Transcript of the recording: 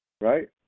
right